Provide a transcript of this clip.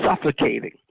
suffocating